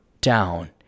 down